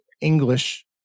English